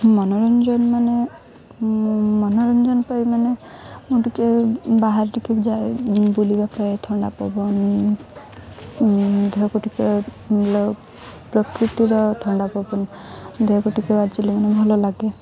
ମନୋରଞ୍ଜନ ମାନେ ମନୋରଞ୍ଜନ ପାଇଁ ମାନେ ମୁଁ ଟିକେ ବାହାରେ ଟିକେ ଯାଏ ବୁଲିବା ଥଣ୍ଡା ପବନ ଦେହକୁ ଟିକେ ପ୍ରକୃତିର ଥଣ୍ଡା ପବନ ଦେହକୁ ଟିକେ ବାଜିଲେ ମାନେ ଭଲ ଲାଗେ